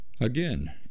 again